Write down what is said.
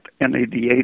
NADH